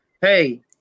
Hey